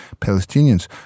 Palestinians